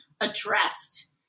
addressed